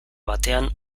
batean